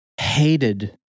hated